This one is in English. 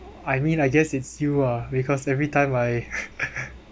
I mean I guess it's you ah because everytime I